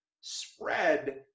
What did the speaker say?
spread